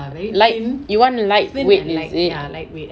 light you want lightweight is it